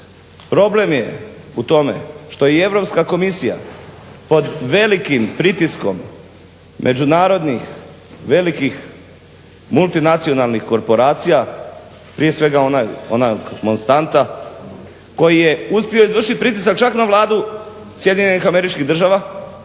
Problem je u tome što je i Europska komisija pod velikim pritiskom međunarodnih velikih multinacionalnih korporacija, prije svega ona … koji je uspio izvršit pritisak čak na Vladu SAD-a da zaprijeti svim